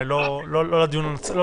אבל לא לדיון הזה.